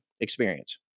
experience